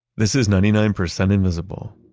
this is ninety nine percent invisible.